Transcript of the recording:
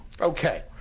Okay